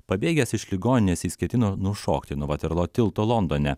pabėgęs iš ligoninės jis ketino nušokti nuo vaterlo tilto londone